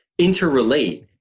interrelate